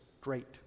great